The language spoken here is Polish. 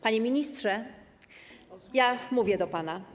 Panie ministrze, mówię do pana.